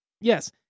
Yes